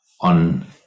on